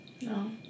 No